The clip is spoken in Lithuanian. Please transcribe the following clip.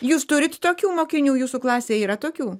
jūs turit tokių mokinių jūsų klasėj yra tokių